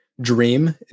Dream